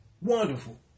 Wonderful